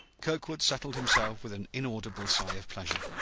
kirkwood settled himself with an inaudible sigh of pleasure.